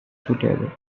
suitable